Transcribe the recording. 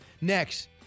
Next